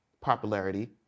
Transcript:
popularity